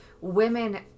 women